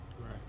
Right